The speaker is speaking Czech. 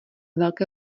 velké